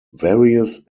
various